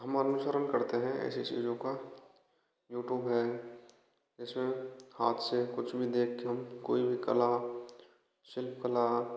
हम अनुसरण करते हैं ऐसी चीज़ों का यूट्यूब है इसमें हाथ से कुछ भी देख के कोई भी कला शिल्प कला